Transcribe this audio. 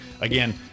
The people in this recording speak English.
Again